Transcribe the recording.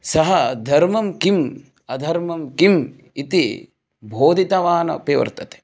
सः धर्मं किम् अधर्मं किम् इति बोधितवान् अपि वर्तते